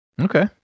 Okay